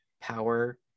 power